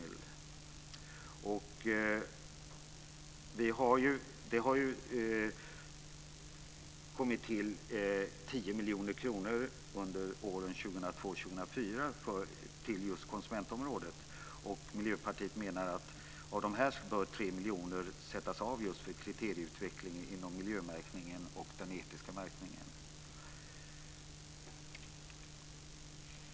Det har för åren 2002-2004 anvisats Miljöpartiet menar att 3 miljoner av dessa medel bör sättas av för kriterieutveckling inom miljömärkning och etisk märkning.